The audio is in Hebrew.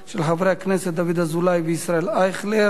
בעד, 11, אין מתנגדים.